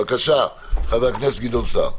בבקשה, חבר הכנסת גדעון סער.